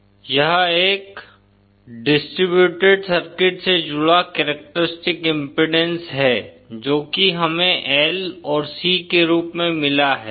Z0LC ZzVI Zintrinsic यह एक distributed circuit से जुड़ा करेक्टरिस्टिक्स इम्पीडेन्स है जो कि हमें L और C के रूप में मिला है